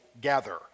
gather